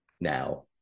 Now